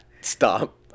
Stop